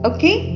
Okay